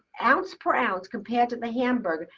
ounce per ounce compared to the hamburger,